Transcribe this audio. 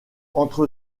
entre